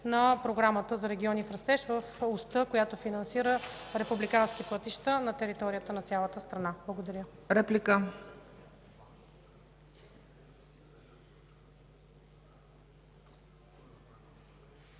на Програмата „Региони в растеж” в оста, която финансира републикански пътища на територията на цялата страна. Благодаря.